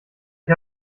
ich